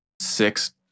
six